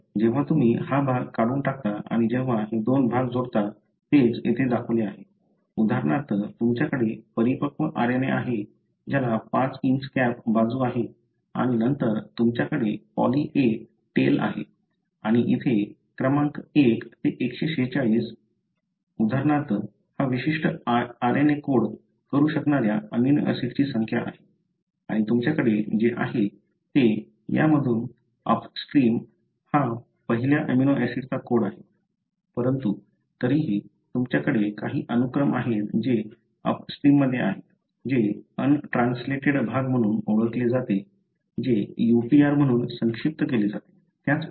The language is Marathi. तर जेव्हा तुम्ही हा भाग काढून टाकता आणि जेव्हा हे दोन भाग जोडता तेच येथे दाखवले आहे उदाहरणार्थ तुमच्याकडे परिपक्व RNA आहे ज्याला 5 कॅप बाजू आहे आणि नंतर तुमच्याकडे पॉली A टेल आहे आणि इथे क्रमांक 1 ते 146 उदाहरणार्थ हा विशिष्ट RNA कोड करू शकणाऱ्या अमीनो ऍसिडची संख्या आहे आणि तुमच्याकडे जे आहे ते यामधून अपस्ट्रीम हा पहिल्या अमीनो ऍसिडचा कोड आहे परंतु तरीही तुमच्याकडे काही अनुक्रम आहेत जे अपस्ट्रीममध्ये आहेत जे अनट्रान्स्लेटेड भाग म्हणून ओळखले जाते जे UTR म्हणून संक्षिप्त केले जाते